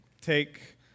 Take